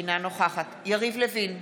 אינה נוכחת יריב לוין,